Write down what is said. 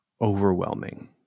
overwhelming